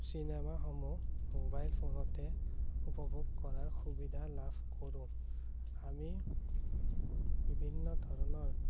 চিনেমাসমূহ mobile ফোনতে উপভোগ কৰাৰ সুবিধা লাভ কৰোঁ আমি বিভিন্ন ধৰণৰ